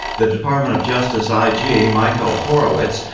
the department of justice ah ig, yeah michael horowitz.